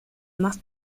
más